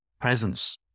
presence